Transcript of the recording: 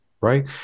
right